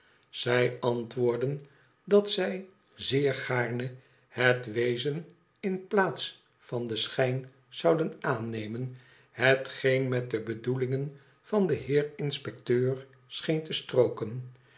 zij antwoordden dat zij zeer gaarne het wezen in plaats van den schijn zouden aannemen hetgeen met de bedoelingen van den heer inspecteur scheen te strooken